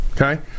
okay